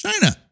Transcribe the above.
China